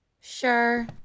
Sure